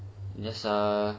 there's a